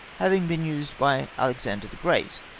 having been used by alexander the great,